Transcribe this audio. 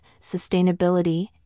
sustainability